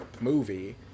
movie